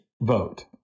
vote